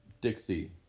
Dixie